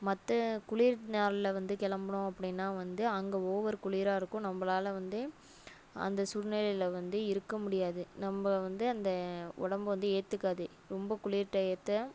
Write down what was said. மற்ற குளிர் நாளில் வந்து கிளம்புனோம் அப்படின்னா வந்து அங்கே ஓவர் குளிராக இருக்கும் நம்மளால வந்தே அந்த சூழ்நிலையில் வந்து இருக்க முடியாது நம்ம வந்து அந்த உடம்பு வந்து ஏற்றுக்காது ரொம்ப குளிர் டையத்தை